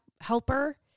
helper